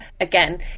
again